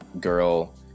girl